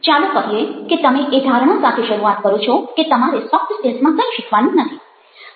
ચાલો કહીએ કે તમે એ ધારણા સાથે શરૂઆત કરો છો કે તમારે સોફ્ટ સ્કિલ્સમાં કંઈ શીખવાનું નથી